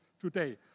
today